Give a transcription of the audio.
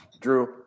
Drew